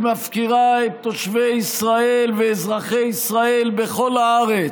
היא מפקירה את תושבי ישראל ואזרחי ישראל בכל הארץ.